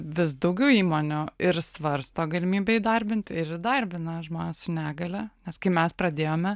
vis daugiau įmonių ir svarsto galimybę įdarbint ir įdarbina žmones su negalia nes kai mes pradėjome